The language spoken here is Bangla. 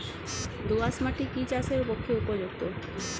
দোআঁশ মাটি কি চাষের পক্ষে উপযুক্ত?